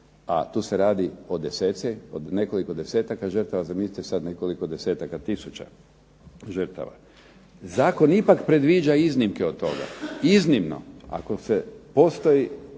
A tu se radi o nekoliko desetaka žrtava, zamislite sad nekoliko desetaka tisuća žrtava. Zakon ipak predviđa iznimke od toga, iznimno ako se postavi